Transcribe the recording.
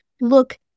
look